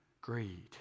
Greed